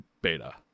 beta